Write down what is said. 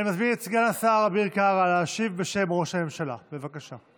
אני מזמין את סגן השר אביר קארה להשיב בשם ראש הממשלה או